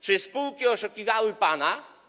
Czy spółki oszukiwały pana?